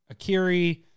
Akiri